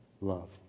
love